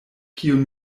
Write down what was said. kiun